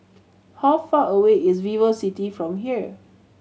how far away is VivoCity from here